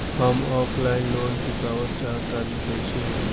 हम offline loan चुकावल चाहऽ तनि कइसे होई?